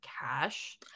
cash